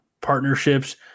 partnerships